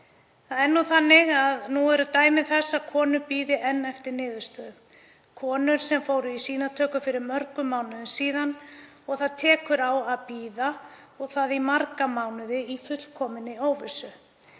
eða er í gangi. Nú eru dæmi þess að konur bíði enn eftir niðurstöðu, konur sem fóru í sýnatöku fyrir mörgum mánuðum. Það tekur á að bíða og það í marga mánuði í fullkominni óvissu.